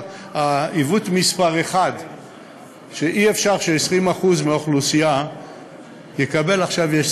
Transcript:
עיוות מס' 1. אי-אפשר ש-20% מהאוכלוסייה יקבלו עכשיו יש